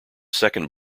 second